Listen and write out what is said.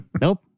nope